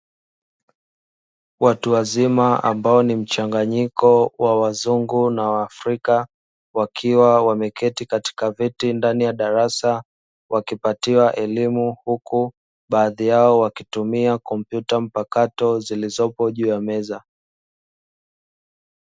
Watu wazima, ambao ni mchanganyiko wa wazungu na waafrika. Wakiwa wameketi katika viti ndani ya darasa, wakipatiwa elimu, huku baadhi yao wakitumia kompyuta mpakato zilizopo juu ya meza.